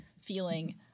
feeling